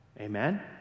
Amen